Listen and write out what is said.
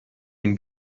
این